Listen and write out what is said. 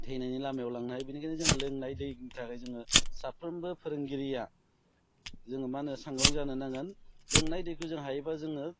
थैनायनि लामायाव लांनो हायो बेनिखायनो जों लोंनाय दैनि थाखाय जोङो साफ्रोमबो फोरोंगिरिया जोङो मा होनो सांग्रां जानो नांगोन लोंनाय दैखौ जों हायोबा जोङो